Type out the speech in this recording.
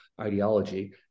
ideology